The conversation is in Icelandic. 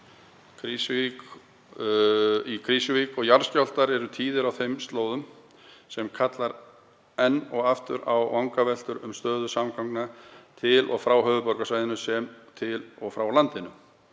í Krýsuvík og jarðskjálftar tíðir á þeim slóðum sem kallar enn og aftur á vangaveltur um stöðu samgangna til og frá höfuðborgarsvæðinu sem og til og frá landinu.